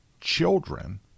children